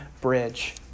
bridge